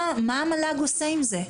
מה המל"ג עושה עם זה?